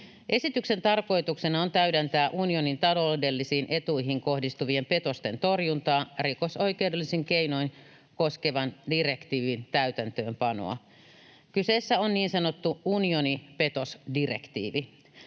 Esityksen tarkoituksena on täydentää unionin taloudellisiin etuihin kohdistuvien petosten torjuntaa rikosoikeudellisin keinoin koskevan direktiivin täytäntöönpanoa. Kyseessä on niin sanottu unionin petosdirektiivi.